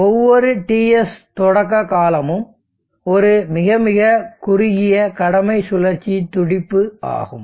ஒவ்வொரு TS தொடக்க காலமும் ஒரு மிக மிக குறுகிய கடமை சுழற்சி துடிப்பு ஆகும்